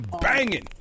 banging